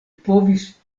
povis